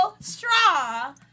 straw